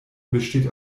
besteht